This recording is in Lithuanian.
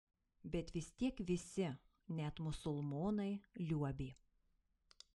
bet vis tiek visi net musulmonai liuobė